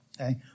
Okay